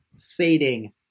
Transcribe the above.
fading